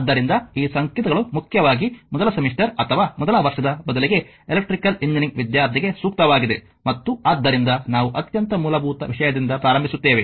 ಆದ್ದರಿಂದ ಈ ಸಂಕೇತಗಳು ಮುಖ್ಯವಾಗಿ ಮೊದಲ ಸೆಮಿಸ್ಟರ್ ಅಥವಾ ಮೊದಲ ವರ್ಷದ ಬದಲಿಗೆ ಎಲೆಕ್ಟ್ರಿಕಲ್ ಎಂಜಿನಿಯರಿಂಗ್ ವಿದ್ಯಾರ್ಥಿಗೆ ಸೂಕ್ತವಾಗಿದೆ ಮತ್ತು ಆದ್ದರಿಂದ ನಾವು ಅತ್ಯಂತ ಮೂಲಭೂತ ವಿಷಯದಿಂದ ಪ್ರಾರಂಭಿಸುತ್ತೇವೆ